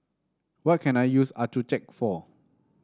what can I use Accucheck for